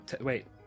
Wait